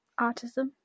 autism